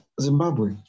Zimbabwe